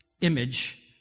image